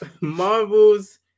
Marvel's